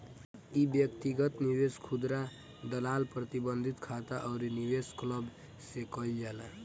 इ व्यक्तिगत निवेश, खुदरा दलाल, प्रतिबंधित खाता अउरी निवेश क्लब से कईल जाला